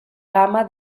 gamma